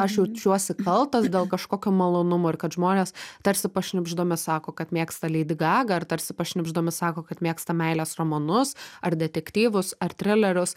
aš jaučiuosi kaltas dėl kažkokio malonumo ir kad žmonės tarsi pašnibždomis sako kad mėgsta leidi gagą ar tarsi pašnibždomis sako kad mėgsta meilės romanus ar detektyvus ar trilerius